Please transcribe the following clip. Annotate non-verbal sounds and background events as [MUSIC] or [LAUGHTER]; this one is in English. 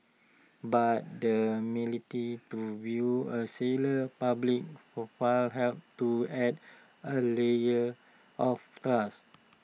but the milit to view A seller's public profile helps to add A layer of [UNINTELLIGIBLE]